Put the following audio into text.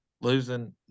Losing